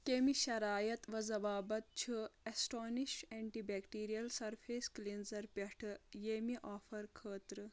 کیٚمہِ شرایط و ضوابط چھُ ایٚسٹانِش ایٚنٹہِ بیٚکٹیٖریل سرفیس کلیٚنزر پٮ۪ٹھٕ ییٚمہِ آفر خٲطرٕ